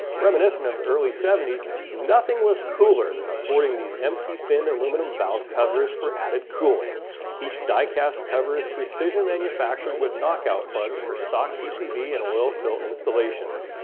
reminescent of the early seventy s nothing was cooler than sporting these m t finned aluminum valve covers for added cooling each die cast cover is precision manufactured with knock out plugs for stock pcv and oil fill installations.